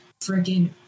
freaking